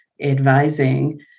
advising